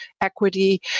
equity